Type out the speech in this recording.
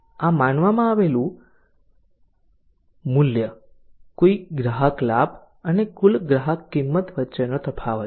આ માનવામાં આવેલું મૂલ્ય કુલ ગ્રાહક લાભ અને કુલ ગ્રાહક કિંમત વચ્ચેનો તફાવત છે